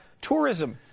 tourism